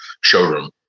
showroom